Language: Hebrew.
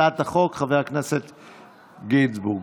חבר הכנסת גינזבורג.